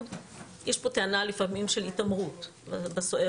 יש לפעמים טענה של התעמרות בסוהר,